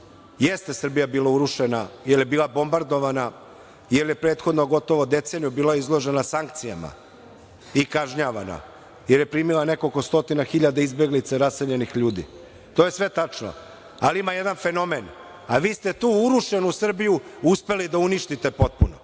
jeste ona bila urušena jer je bila bombardovana, jer je prethodno deceniju bila izložena sankcijama i kažnjavana, jer je primila nekoliko stotina hiljada izbeglica i raseljenih ljudi. To je sve tačno, ali ima jedan fenomen. Vi ste tu urušenu Srbiju uspeli da uništite potpuno.